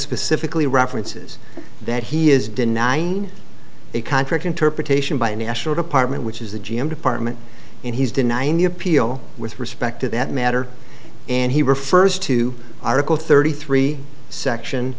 specifically references that he is denying a contract interpretation by a national department which is the g m department and he's denying the appeal with respect to that matter and he refers to article thirty three section